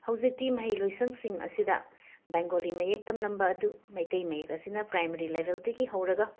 ꯍꯧꯖꯤꯛꯇꯤ ꯃꯍꯩ ꯂꯣꯏꯁꯪꯁꯤꯡ ꯑꯁꯤꯗ ꯕꯦꯡꯒꯣꯂꯤ ꯃꯌꯦꯛ ꯇꯝꯂꯝꯕ ꯑꯗꯨ ꯃꯩꯇꯩ ꯃꯌꯦꯛ ꯑꯁꯤꯅ ꯄ꯭ꯔꯥꯏꯃꯔꯤ ꯂꯦꯕꯦꯜꯗꯒꯤ ꯍꯧꯔꯒ